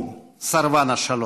הוא סרבן השלום.